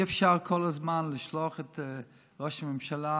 אי-אפשר כל הזמן לשלוח את ראש הממשלה